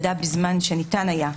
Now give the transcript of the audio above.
החוק הזה לא עוסק במידע מתיק חקירה.